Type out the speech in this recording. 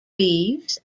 leaves